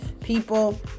People